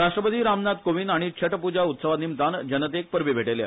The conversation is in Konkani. राष्ट्रपती रामनाथ कोविंद हाणी छट प्रजा उत्सवानिमतान जनतेक परबी भेटयल्या